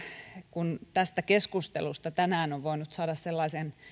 kun tästä keskustelusta tänään on voinut saada sellaisen